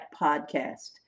Podcast